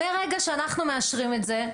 מרגע שאנחנו מאשרים את זה,